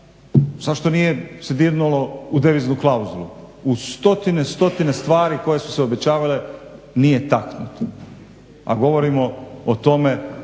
zašto nije se dirnulo u deviznu klauzulu u stotine stotine stvari koje su se obećavale nije taknuto, a govorimo o tome